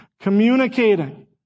communicating